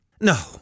No